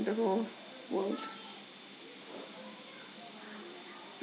the whole world